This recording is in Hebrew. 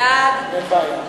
אין בעיה.